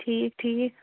ٹھیٖک ٹھیٖک